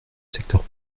secteur